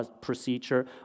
procedure